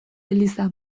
eliza